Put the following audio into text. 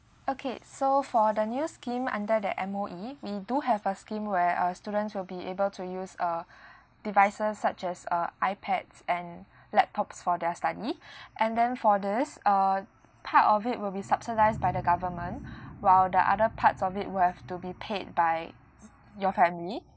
okay so for the new scheme under the M_O_E we do have a scheme where uh students will be able to use uh devices such as uh ipads and laptops for their study and then for this uh part of it will be subsidised by the government while the other parts of it will have to be paid by your family